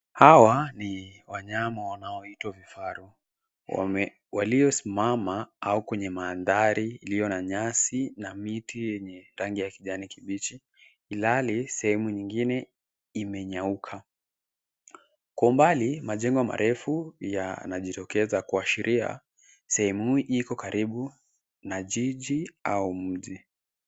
Hawa ni wanyama wanaoitwa vifaru. Waliosimama au kwenye mandhari iliyo na nyasi na miti, yenye rangi ya kijani kibichi, ihali sehemu nyingine imenyauka. Kwa umbali majengo marefu yanajitokeza, kuashiria sehemu hii, iko karibu na jiji au mji.